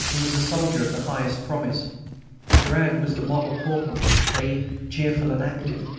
and was a soldier of the highest promise durand was the model corporal, clean, cheerful, and active.